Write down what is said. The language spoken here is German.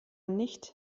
nicht